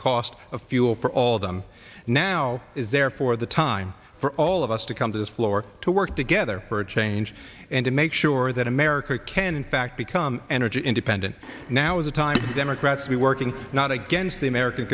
cost of fuel for all of them now is therefore the time for all of us to come to this floor to work together for a change and to make sure that america can in fact become energy independent now is a time democrats we working not against the american